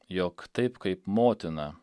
jog taip kaip motina